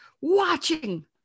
watching